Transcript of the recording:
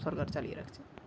সরকার চালিয়ে রাখছে